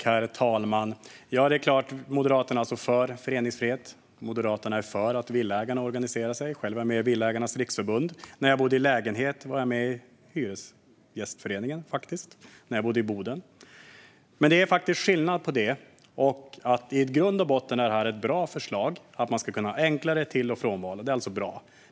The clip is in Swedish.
Herr talman! Moderaterna är för föreningsfrihet. Moderaterna är för att villaägare organiserar sig. Jag är själv med i Villaägarnas Riksförbund. När jag bodde i lägenhet i Boden var jag faktiskt med i Hyresgästföreningen. I grund och botten är det ett bra förslag att det ska bli enklare med till och frånval.